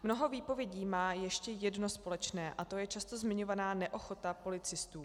Mnoho výpovědí má ještě jedno společné, a to je často zmiňovaná neochota policistů.